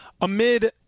Amid